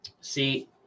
See